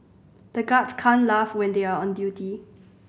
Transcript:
the guards can't laugh when they are on duty